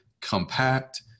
compact